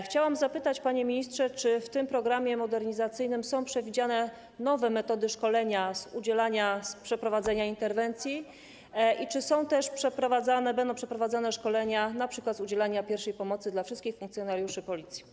Chciałam zapytać, panie ministrze, czy w tym programie modernizacyjnym są przewidziane nowe metody szkolenia z zakresu przeprowadzania interwencji i czy są też przeprowadzane, czy będą przeprowadzane szkolenia np. z zakresu udzielania pierwszej pomocy dla wszystkich funkcjonariuszy Policji.